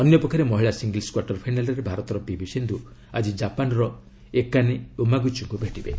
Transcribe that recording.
ଅନ୍ୟପକ୍ଷରେ ମହିଳା singles quarter ଫାଇନାଲ୍ରେ ଭାରତର ପିଭି ସିନ୍ଧୁ ଆଜି ଜାପାନ୍ର ଏକାନେ ୟାମାଗୁଚିଙ୍କୁ ଭେଟିବେ